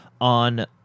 on